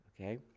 Okay